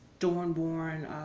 Dornborn